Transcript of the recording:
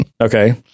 Okay